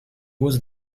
was